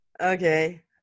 Okay